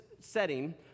setting